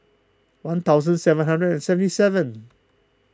one thousand seven hundred and seventy seven